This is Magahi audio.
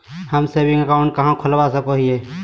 हम सेविंग अकाउंट कहाँ खोलवा सको हियै?